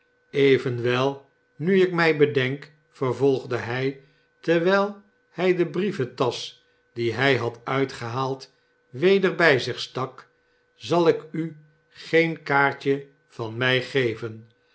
evenwel nu ik mij bedenk vervolgde hij terwijh hij de brieventasch die hij had uitgehaald weder bij zichstak zalik u geen kaartje van mij geven